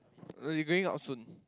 oh you going out soon